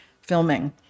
filming